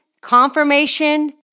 confirmation